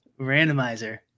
randomizer